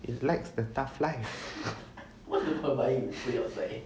it lacks the tough life